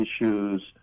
issues